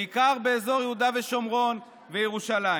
בעיקר באזור יהודה ושומרון וירושלים.